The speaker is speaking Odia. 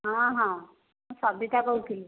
ହଁ ହଁ ମୁଁ ସବିତା କହୁଥିଲି